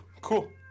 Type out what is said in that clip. Cool